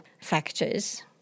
factors